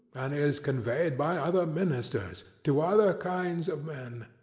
and is conveyed by other ministers, to other kinds of men.